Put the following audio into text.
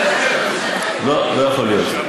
לא יכול להיות.